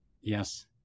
Yes